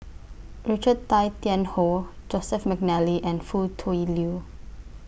Richard Tay Tian Hoe Joseph Mcnally and Foo Tui Liew